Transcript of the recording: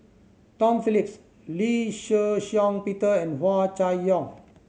Tom Phillips Lee Shih Shiong Peter and Hua Chai Yong